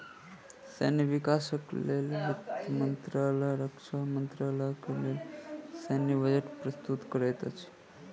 सैन्य विकासक लेल वित्त मंत्रालय रक्षा मंत्रालय के लेल सैन्य बजट प्रस्तुत करैत अछि